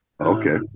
Okay